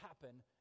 happen